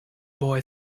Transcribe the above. boy